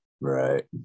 right